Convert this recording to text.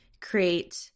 create